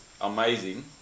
amazing